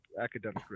academic